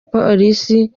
polisi